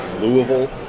Louisville